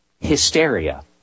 hysteria